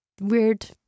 weird